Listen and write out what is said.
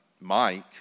Mike